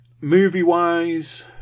Movie-wise